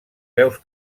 veus